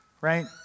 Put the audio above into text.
right